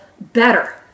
better